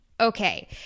Okay